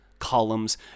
Columns